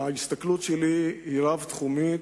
ההסתכלות שלי היא רב-תחומית,